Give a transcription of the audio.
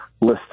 list